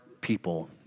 people